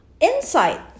inside